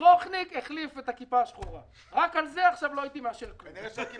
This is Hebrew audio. זה לא נכון שאלי